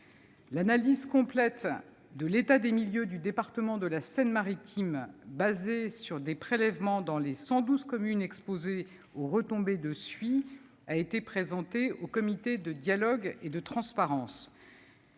L'analyse complète de l'état des milieux du département de Seine-Maritime, fondée sur des prélèvements dans les 112 communes exposées aux retombées de suie, a été présentée au comité pour la transparence